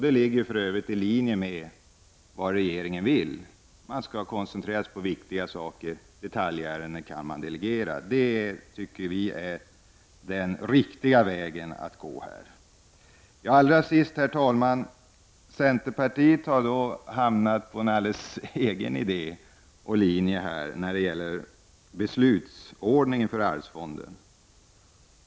Det ligger för övrigt i linje med vad regeringen vill. Man skall koncentrera sig på viktiga saker och delegera detaljärenden. Det tycker vi är den riktiga vägen att gå. Herr talman! Centerpartiet har gått på en egen linje i frågan om beslutsordningen för arvsfonden.